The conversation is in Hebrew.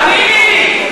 תאמיני לי,